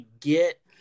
get